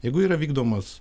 jeigu yra vykdomas